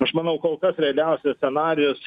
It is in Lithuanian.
aš manau kol kas realiausias scenarijus